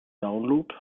download